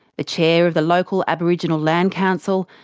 the chair of the local aboriginal land council,